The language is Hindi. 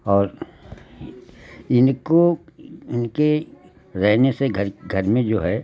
और इनको इनके रहने से घर घर में जो है